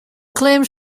claims